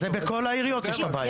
כל מה שאתה אומר וצודק,